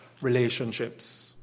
relationships